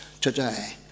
today